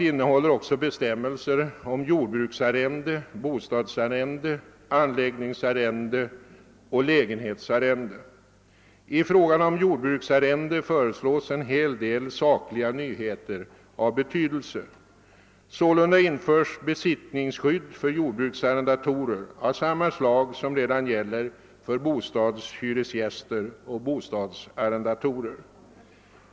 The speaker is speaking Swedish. I fråga om jordbruksarrende föreslås en hel del sakliga nyheter av betydelse. Sålunda införs besittningsskydd för jordbruksarrendatorer av samma slag som redan gäller för bostadshyresgäster och bostadsarrendatorer.